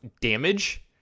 damage